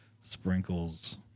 sprinkles